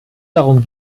darum